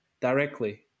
directly